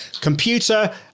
Computer